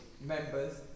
members